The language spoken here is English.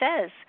says